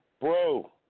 Bro